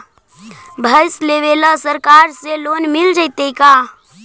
भैंस लेबे ल सरकार से लोन मिल जइतै का?